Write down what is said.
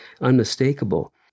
unmistakable